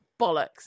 Bollocks